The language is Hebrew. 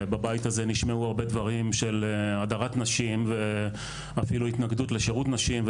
ובבית הזה נשמעו הרבה דברים של הדרת נשים ואפילו התנגדות לשירות נשים.